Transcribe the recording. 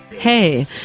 Hey